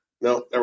no